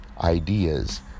ideas